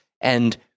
And-